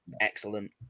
excellent